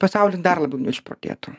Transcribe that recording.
pasaulis dar labiau neišprotėtų